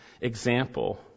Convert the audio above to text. example